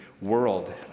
world